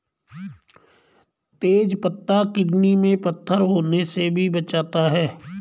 तेज पत्ता किडनी में पत्थर होने से भी बचाता है